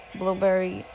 blueberry